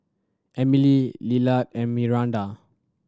Emilie Lillard and Myranda